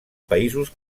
països